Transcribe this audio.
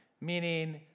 Meaning